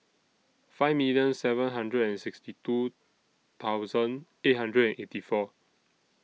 five million seven hundred and sixty two thousand eight hundred and eighty four